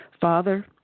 Father